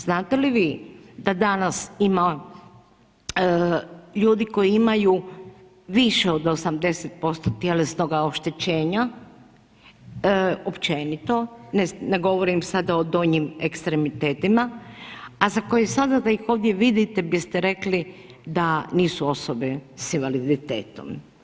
Znate li vi da danas ima ljudi koji imaju više od 80% tjelesnoga oštećenja, općenito, ne govorim sada o donjim ekstremitetima a za koje sada da ih vidite biste rekli da nisu osobe sa invaliditetom.